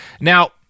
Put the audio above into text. Now